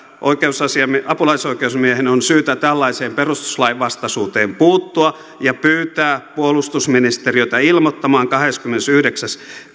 apulaisoikeusasiamiehen on syytä tällaiseen perustuslainvastaisuuteen puuttua ja pyytää puolustusministeriötä ilmoittamaan kahdeskymmenesyhdeksäs